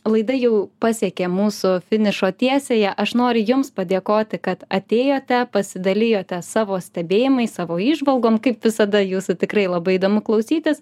laida jau pasiekė mūsų finišo tiesiąją aš noriu jums padėkoti kad atėjote pasidalijote savo stebėjimais savo įžvalgom kaip visada jūsų tikrai labai įdomu klausytis